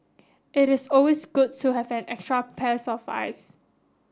it is always good to have an extra pairs of eyes